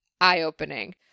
eye-opening